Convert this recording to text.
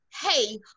Hey